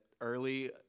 early